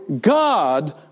God